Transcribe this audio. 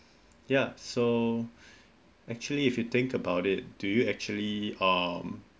ya so actually if you think about it do you actually um